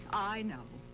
i know.